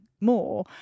more